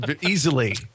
easily